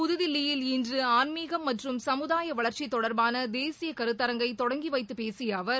புதுதில்லியில் இன்று ஆன்மீகம் மற்றும் சமுதாய வளர்ச்சி தொடர்பான தேசிய கருத்தரங்கை தொடங்கி வைத்துப் பேசிய அவர்